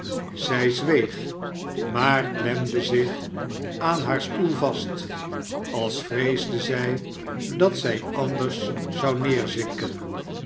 zij zweeg maar klemde zich aan haar stoel vast als vreesde zij dat zij anders zou